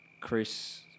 Chris